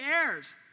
heirs